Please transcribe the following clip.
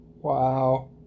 Wow